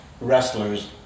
wrestlers